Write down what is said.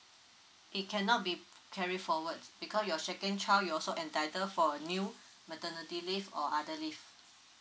it cannot be carry forward because your second child you also entitled for a new maternity leave or other leave